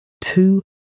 Two